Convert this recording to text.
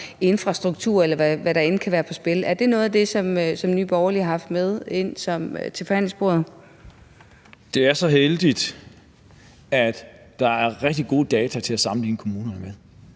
infrastruktur eller andet, der er på spil. Er det noget af det, som Nye Borgerlige har haft med ind til forhandlingsbordet? Kl. 17:35 Lars Boje Mathiesen (NB): Det er så heldigt, at der er rigtig gode data til at sammenligne kommunerne med.